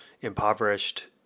impoverished